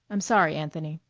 i'm sorry, anthony.